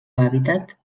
hàbitat